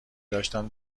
داشتم